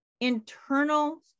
internal